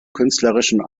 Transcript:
künstlerischen